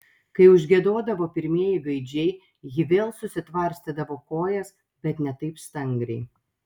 kai užgiedodavo pirmieji gaidžiai ji vėl susitvarstydavo kojas bet ne taip stangriai